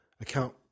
account